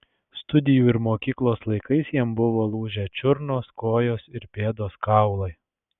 studijų ir mokyklos laikais jam buvo lūžę čiurnos kojos ir pėdos kaulai